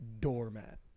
doormat